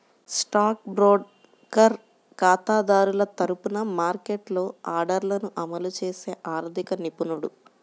stock broker ఖాతాదారుల తరపున మార్కెట్లో ఆర్డర్లను అమలు చేసే ఆర్థిక నిపుణుడు